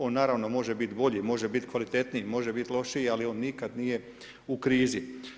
On naravno može biti bolji, može biti kvalitetniji, može biti lošiji, ali on nikada nije u krizi.